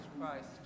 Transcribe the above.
Christ